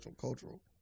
cultural